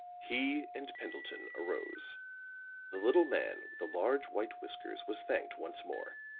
he and pendleton arose the little man with the large white whiskers was thanked once more,